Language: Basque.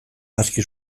aski